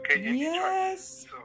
yes